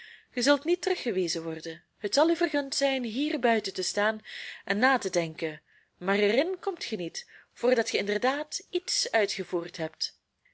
ge zult niet teruggewezen worden het zal u vergund zijn hier buiten te staan en na te denken maar er in komt ge niet voordat ge inderdaad iets uitgevoerd hebt